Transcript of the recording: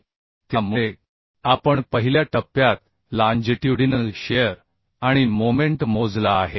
त्यामुळे आपण पहिल्या टप्प्यात लाँजिट्युडिनल शिअर आणि मोमेंट मोजला आहे